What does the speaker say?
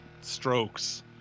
strokes